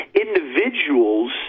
individuals